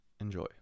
Enjoy